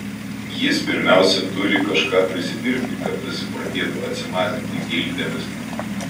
jis pirmiausia turi kažką prisidirbti kad dasiprotėtų atsimazinti gėlytėmis